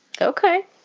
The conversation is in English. Okay